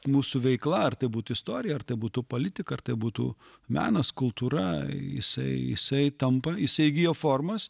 mūsų veikla ar tai būtų istorija ar tai būtų politika ar tai būtų menas kultūra jisai jisai tampa jisai įgijo formas